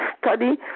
study